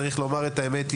צריך לומר את האמת,